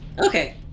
Okay